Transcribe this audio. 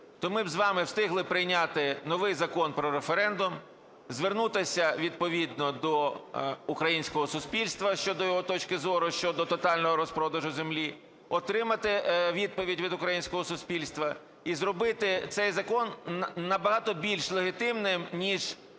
то ми б з вами встигли прийняти новий Закон про референдум, звернутися відповідно до українського суспільства щодо його точки зору щодо тотального розпродажу землі, отримати відповідь від українського суспільства. І зробити цей закон набагато більш легітимним, ніж